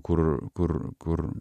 kur kur kur